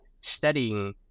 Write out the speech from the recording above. studying